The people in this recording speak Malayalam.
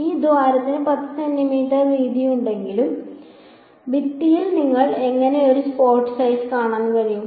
ഈ ദ്വാരത്തിന് 10 സെന്റീമീറ്റർ വീതിയുണ്ടെങ്കിൽ ഭിത്തിയിൽ നിങ്ങൾ എങ്ങനെ ഒരു സ്പോട്ട് സൈസ് കാണും